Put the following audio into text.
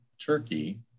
Turkey